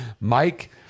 Mike